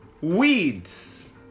Weeds